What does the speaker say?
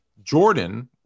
Jordan